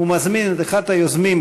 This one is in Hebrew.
ומזמין את אחד היוזמים,